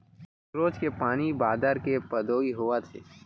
रोज के पानी बादर के पदोई होवत हे